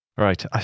Right